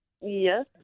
Yes